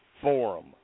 forum